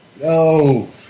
no